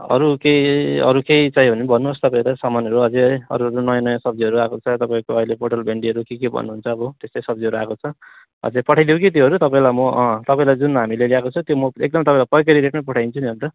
अरू केही अरू केही चाहियो भने भन्नुहोस् तपैहरू सामानहरू अझै है अरू अरू नयाँ नयाँ सब्जीहरू आएको छ तपाईँको अहिले पोटल भेन्डीहरू के के भन्नुहुन्छ अब त्यस्तै सब्जीहरू आएको छ अच्छा पठाइदिऊँ कि त्योहरू तपाईँलाई म अँ तपाईँलाई जुन हामीले ल्याएको छ त्यो म एकदमै तपाईँलाई पैकरी रेटमै पठाइदिन्छु नि अन्त